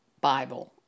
Bible